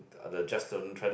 just don't try to